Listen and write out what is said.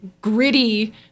gritty